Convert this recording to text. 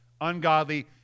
ungodly